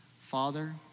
Father